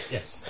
Yes